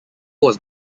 was